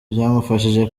byamufashije